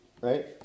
Right